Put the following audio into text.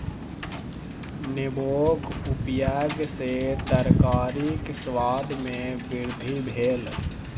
नेबोक उपयग सॅ तरकारीक स्वाद में वृद्धि भेल